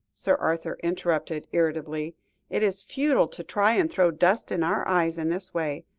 sir arthur interrupted irritably it is futile to try and throw dust in our eyes in this way.